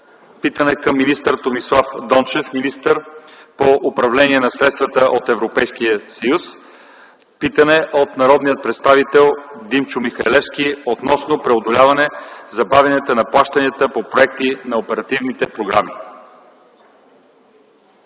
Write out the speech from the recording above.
питане към министър Томислав Дончев – министър по управление на средствата от Европейския съюз. Питане от народния представител Димчо Михалевски относно преодоляване забавянията на плащанията по проекти на оперативните програми.